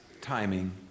timing